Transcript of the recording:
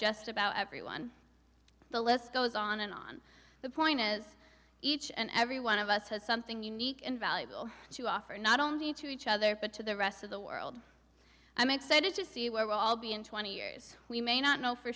just about everyone the list goes on and on the point as each and every one of us has something unique and valuable to offer not only to each other but to the rest of the world i'm excited to see where we'll all be in twenty years we may not know for